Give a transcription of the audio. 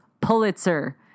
Pulitzer